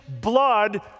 blood